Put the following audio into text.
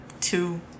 two